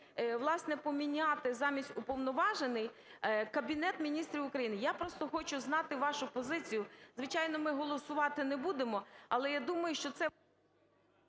власне, поміняти: замість "Уповноважений" – "Кабінет Міністрів України". Я просто хочу знати вашу позицію. Звичайно, ми голосувати не будемо, але я думаю, що це…